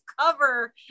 cover